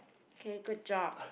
okay good job